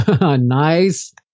Nice